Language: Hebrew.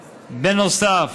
בנוסף,